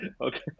Okay